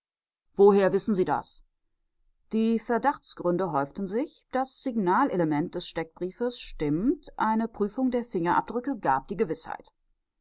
woher wissen sie das die verdachtsgründe häuften sich das signalement des steckbriefes stimmt eine prüfung der fingerabdrücke gab die gewißheit